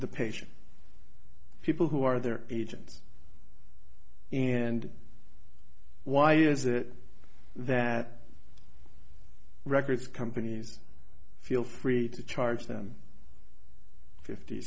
the patient people who are their agents and why is it that records companies feel free to charge them fifty